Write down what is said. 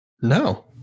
No